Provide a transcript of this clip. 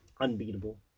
Unbeatable